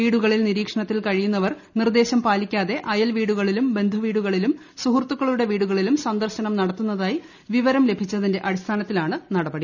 വീടുകളിൽ നിരീക്ഷണത്തിൽ കഴിയുന്നവർ നിർദ്ദേശം പാലിക്കാതെ അയൽ വീടുകളിലും ബന്ധു വീടുകളിലും സുഹൃത്തുക്കളുടെ വീടുകളിലും സന്ദർശനം നടത്തുന്നതായി വിവരം ലഭിച്ചതിന്റെ അടിസ്ഥാനത്തിലാണ് നടപടി